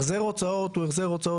החזר הוצאות הוא החזר הוצאות.